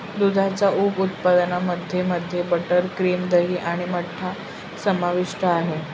दुधाच्या उप उत्पादनांमध्ये मध्ये बटर, क्रीम, दही आणि मठ्ठा समाविष्ट आहे